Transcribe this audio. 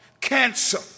Cancer